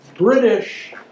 British